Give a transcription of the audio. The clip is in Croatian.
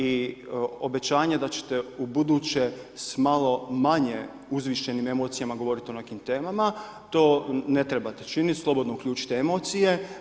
I obećanje da ćete ubuduće s malo manje uzvišenim emocijama govoriti o nekim temama, to ne trebate činiti, slobodno uključite emocije.